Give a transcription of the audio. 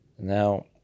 Now